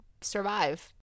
survive